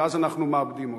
ואז אנחנו מאבדים אותם.